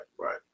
Right